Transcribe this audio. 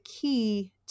key